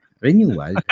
renewal